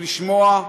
ולשמוע,